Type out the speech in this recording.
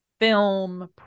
film